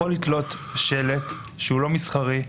יכול לתלות שלט שהוא לא מסחרי,